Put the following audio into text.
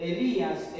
Elías